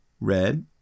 Red